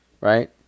right